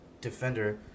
defender